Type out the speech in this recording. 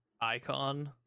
icon